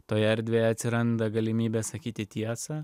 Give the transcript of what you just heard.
toje erdvėje atsiranda galimybė sakyti tiesą